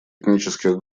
этнических